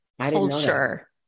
culture